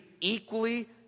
equally